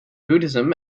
buddhism